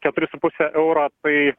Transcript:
keturi su puse euro tai